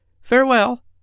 Farewell